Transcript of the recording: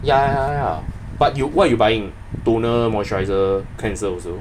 ya ya ya but w~ what you buying toner moisturiser cleanser also